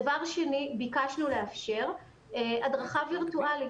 דבר שני, ביקשנו לאפשר הדרכה וירטואלית,